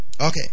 Okay